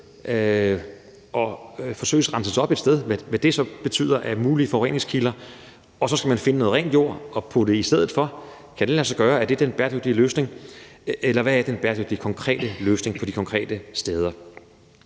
og forsøges renset op et sted, hvad det så betyder af mulige forureningskilder, og at man så skal finde noget rent jord og putte ned i stedet for – kan det lade sig gøre, og er det den bæredygtige løsning – eller hvad er den bæredygtige løsning de konkrete steder?